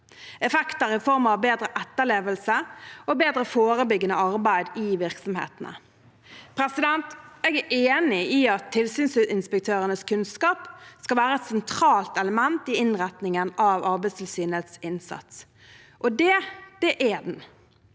effekter i form av bedre etterlevelse og bedre forebyggende arbeid i virksomhetene. Jeg er enig i at tilsynsinspektørenes kunnskap skal være et sentralt element i innretningen av Arbeidstilsynets innsats – og det er den.